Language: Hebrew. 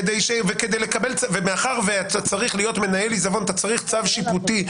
כדי להיות מנהל עיזבון אתה צריך לקבל צו שיפוטי,